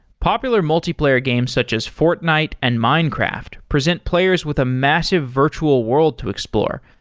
popular multiplayer games, such as fortnite and minecraft present players with a massive virtual world to explore,